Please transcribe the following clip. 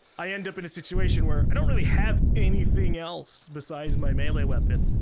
i end up in a situation where i don't really have anything else besides my melee weapon.